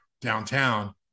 downtown